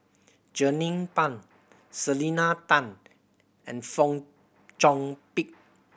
Jernnine Pang Selena Tan and Fong Chong Pik